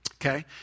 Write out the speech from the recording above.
Okay